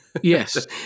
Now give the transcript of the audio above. Yes